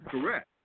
correct